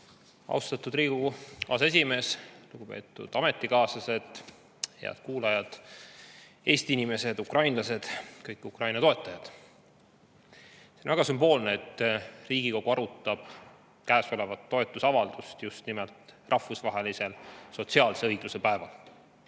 Austatud Riigikogu aseesimees! Lugupeetud ametikaaslased! Head kuulajad! Eesti inimesed, ukrainlased ja kõik Ukraina toetajad! See on väga sümboolne, et Riigikogu arutab käesolevat toetusavaldust just nimelt rahvusvahelisel sotsiaalse õigluse päeval.